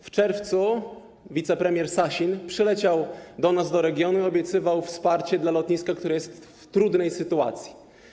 W czerwcu wicepremier Sasin przyleciał do nas, do naszego regionu, i obiecywał wsparcie dla lotniska, które jest w trudnej sytuacji.